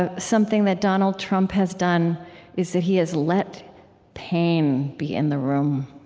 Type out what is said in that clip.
ah something that donald trump has done is that he has let pain be in the room.